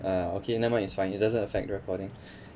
ah okay never mind it's fine it doesn't affect recording